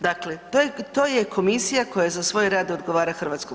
Dakle, to je komisija koja za svoj rad odgovara HS.